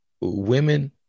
women